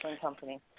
company